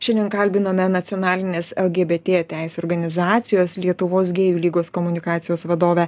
šiandien kalbinome nacionalinės lgbt teisių organizacijos lietuvos gėjų lygos komunikacijos vadovę